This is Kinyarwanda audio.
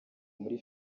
muri